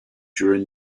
during